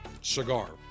cigar